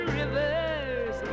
rivers